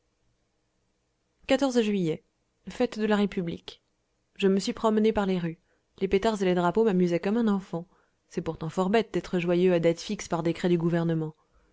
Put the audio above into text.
juillet fête de la république je me suis promené par les rues les pétards et les drapeaux m'amusaient comme un enfant c'est pourtant fort bête d'être joyeux à date fixe par décret du gouvernement